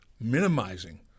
minimizing